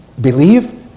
believe